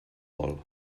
vol